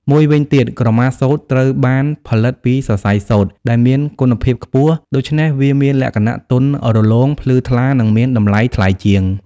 មួយវិញទៀត ក្រមាសូត្រ ត្រូវបានផលិតពីសរសៃសូត្រដែលមានគុណភាពខ្ពស់ ដូច្នេះវាមានលក្ខណៈទន់រលោង ភ្លឺថ្លា និងមានតម្លៃថ្លៃជាង។